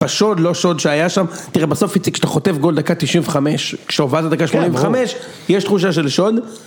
בשוד, לא שוד שהיה שם, תראה בסוף איציק כשאתה חוטף גול דקה 95, כשהובלת דקה 85, יש תחושה של שוד?